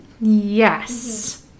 yes